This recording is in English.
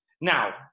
Now